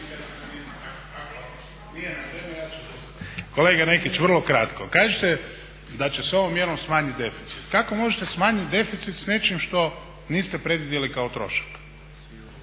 Kolega Nekić, vrlo kratko. Kažete da će se ovom mjerom smanjit deficit. Kako možete smanjit deficit sa nečim što niste predvidjeli kao trošak?